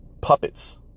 puppets